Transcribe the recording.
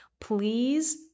please